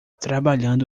trabalhando